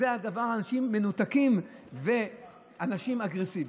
אנשים מנותקים, ואנשים אגרסיביים.